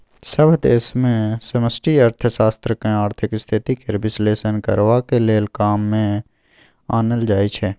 सभ देश मे समष्टि अर्थशास्त्र केँ आर्थिक स्थिति केर बिश्लेषण करबाक लेल काम मे आनल जाइ छै